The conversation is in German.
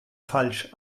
falsch